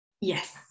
Yes